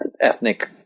Ethnic